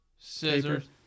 scissors